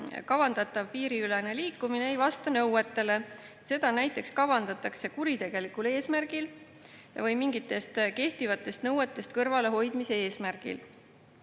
kavandatav piiriülene liikumine ei vasta nõuetele, seda näiteks kavandatakse kuritegelikul eesmärgil või mingitest kehtivatest nõuetest kõrvalehoidmise eesmärgil.